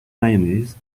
mayonnaise